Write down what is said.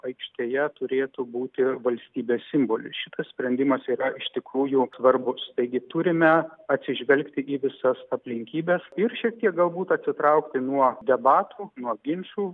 aikštėje turėtų būti ir valstybės simbolis šitas sprendimas yra iš tikrųjų svarbus taigi turime atsižvelgti į visas aplinkybes ir šiek tiek galbūt atsitraukti nuo debatų nuo ginčų